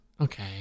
okay